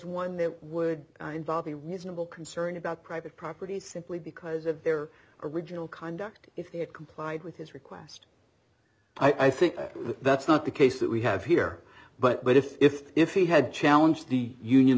one that would involve a reasonable concern about private property simply because of their original conduct if they had complied with his request i think that's not the case that we have here but if if if he had challenge the union